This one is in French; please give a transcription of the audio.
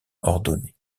ordonné